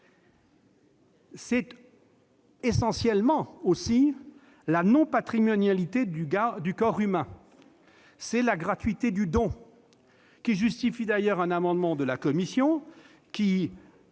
et essentiellement la non-patrimonialité du corps humain. C'est la gratuité du don qui justifie d'ailleurs un amendement de la commission visant